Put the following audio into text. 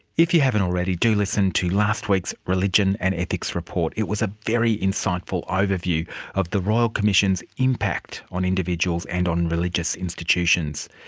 if you haven't already, do listen to last week's religion and ethics report, it was a very insightful overview of of the royal commission's impact on individuals and on religious institutions.